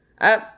Up